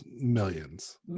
millions